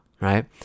right